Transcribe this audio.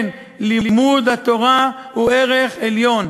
כן, לימוד התורה הוא ערך עליון.